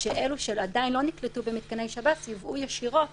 של אלה שעדיין לא נקלטו במתקני שב"ס יובאו ישירות